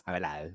Hello